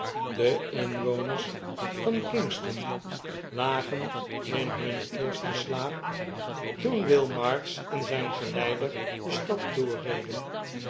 de inwoners van kingston lagen in hunnen eersten slaap toen will marks en zijn geleider de stad doorreden